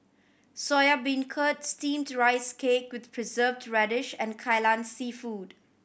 Soya Beancurd Steamed Rice Cake with Preserved Radish and Kai Lan Seafood